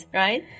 right